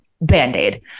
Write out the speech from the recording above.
band-aid